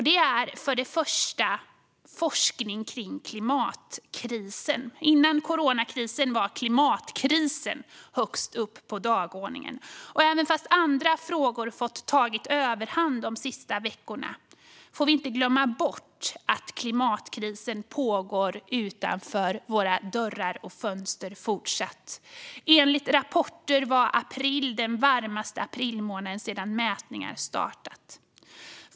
Det är för det första forskning om klimatkrisen. Före coronakrisen var klimatkrisen högst upp på dagordningen. Trots att andra frågor tagit överhand de sista veckorna får vi inte glömma bort att klimatkrisen fortfarande pågår utanför våra dörrar och fönster. Enligt rapporter var april den varmaste aprilmånaden sedan mätningar startat.